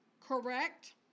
correct